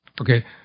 Okay